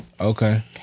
Okay